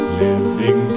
living